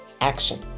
action